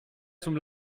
zum